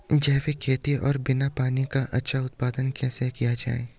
जैविक खेती और बिना पानी का अच्छा उत्पादन कैसे किया जाए?